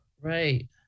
Right